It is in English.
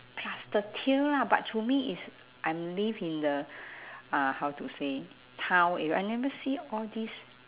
plus the tail lah but to me is I'm live in the uh how to say town area I never see all this